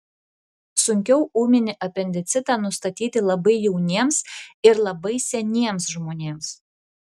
sunkiau ūminį apendicitą nustatyti labai jauniems ir labai seniems žmonėms